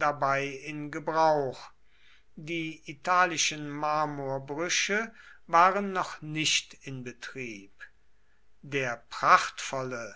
dabei in gebrauch die italischen marmorbrüche waren noch nicht in betrieb der prachtvolle